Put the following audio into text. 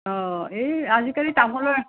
অ এই আজিকালি তামোলৰ